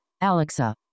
Alexa